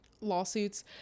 lawsuits